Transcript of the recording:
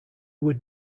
would